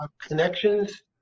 connections